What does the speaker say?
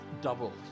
double